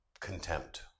Contempt